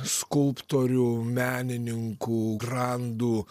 skulptorių menininkų grandų